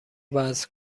وزن